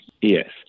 yes